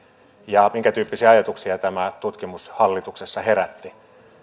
ja minkätyyppisiä ajatuksia tämä tutkimus hallituksessa herätti